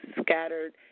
scattered